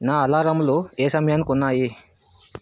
నా అలారంలు ఏ సమయానికి ఉన్నాయి